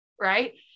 right